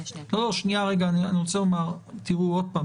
תראו,